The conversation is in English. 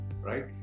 right